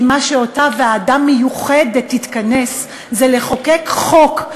כי אותה ועדה מיוחדת תתכנס לחוקק חוק.